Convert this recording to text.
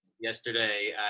Yesterday